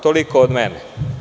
Toliko od mene.